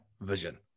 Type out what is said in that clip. vision